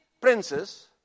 princes